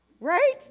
right